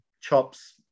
chops